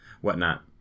whatnot